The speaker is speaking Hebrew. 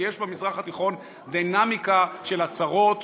כי יש במזרח התיכון דינמיקה של הצהרות,